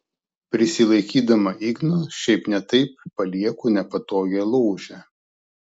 prisilaikydama igno šiaip ne taip palieku nepatogią ložę